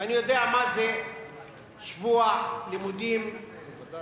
ואני יודע מה זה שבוע לימודים עמוס,